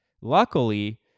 luckily